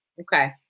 Okay